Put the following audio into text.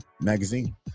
magazine